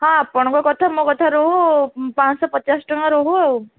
ହଁ ଆପଣ କଥା ମୋ କଥା ରହୁ ପାଞ୍ଚଶହ ପଚାଶ ଟଙ୍କା ରହୁ ଆଉ